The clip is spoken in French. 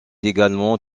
également